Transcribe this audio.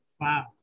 Wow